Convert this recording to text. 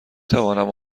توانم